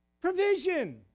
Provision